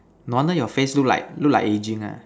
no wonder your face look like look like aging ah